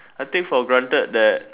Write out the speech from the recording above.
I take for granted that